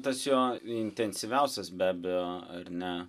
tas jo intensyviausias be abejo ar ne